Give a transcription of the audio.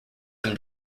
him